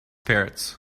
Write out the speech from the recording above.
parrots